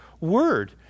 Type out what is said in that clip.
word